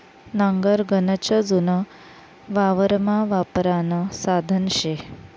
नांगर गनच जुनं वावरमा वापरानं साधन शे